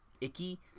icky